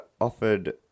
offered